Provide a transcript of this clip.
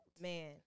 man